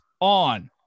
On